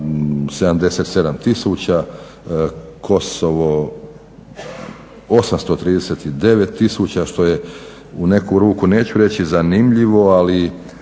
tisuća, Kosovo 839 tisuća što je u neku ruku neću reći zanimljivo ali